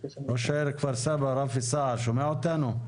סבא, רפי סער, בבקשה.